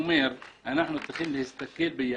לכן אני אומר שאנחנו צריכים להסתכל כך.